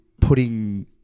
putting